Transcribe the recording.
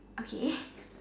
okay